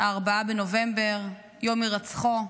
4 בנובמבר, יום הירצחו.